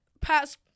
past